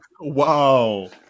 Wow